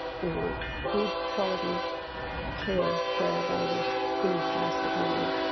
we want good-quality care for our babies in the place that we live